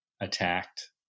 attacked